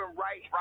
right